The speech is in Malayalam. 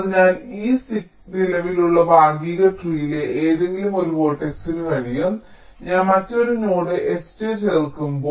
അതിനാൽ ഈ സിക്ക് നിലവിലുള്ള ഭാഗിക ട്രീലെ ഏതെങ്കിലും ഒരു വേർട്ടക്സ്ന് കഴിയും ഞാൻ മറ്റൊരു നോഡ് sj ചേർക്കുന്നു